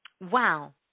Wow